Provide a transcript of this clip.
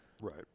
Right